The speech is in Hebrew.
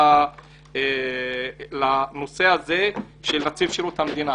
נציב שירות המדינה,